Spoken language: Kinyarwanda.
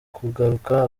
kugaruka